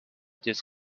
this